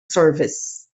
service